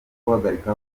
guhagarika